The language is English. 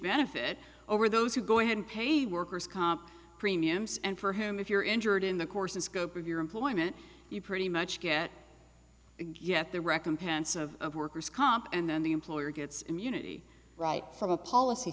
benefit over those who go ahead and pay the workers comp premiums and for him if you're injured in the course and scope of your employment you pretty much get yet the recompense of worker's comp and then the employer gets immunity right from a policy